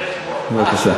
אני רק רוצה